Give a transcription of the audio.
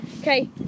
Okay